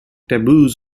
taboos